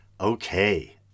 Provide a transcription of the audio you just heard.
Okay